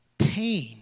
pain